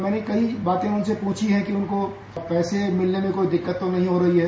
मैंने कई बातें उनसे पूछी है कि उनको पैसा मिलने में कोई दिक्कत नहीं हो रही है